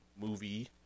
movie